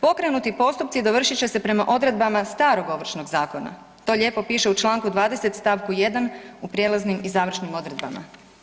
Pokrenuti postupci dovršit će se prema odredbama starog Ovršnog zakona, to lijepo piše u čl. 20. stavku 1. u prijelaznim i završnim odredbama.